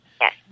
Yes